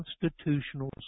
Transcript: constitutional